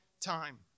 time